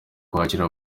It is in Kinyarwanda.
kwakira